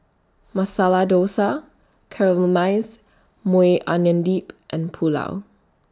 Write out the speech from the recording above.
Masala Dosa Caramelized Maui Onion Dip and Pulao